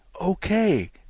Okay